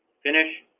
finish